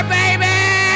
baby